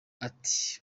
ati